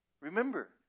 Remember